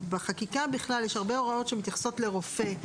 שבחקיקה בכלל יש הרבה הוראות שמתייחסות לרופא,